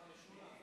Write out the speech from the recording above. חכם משולם,